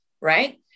right